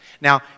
Now